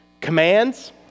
commands